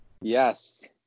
Yes